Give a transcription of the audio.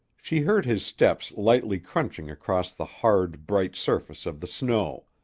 she heard his steps lightly crunching across the hard, bright surface of the snow,